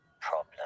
Problem